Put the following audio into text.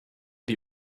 die